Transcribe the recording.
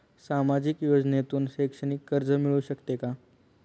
सामाजिक योजनेतून शैक्षणिक कर्ज मिळू शकते का?